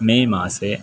मेमासे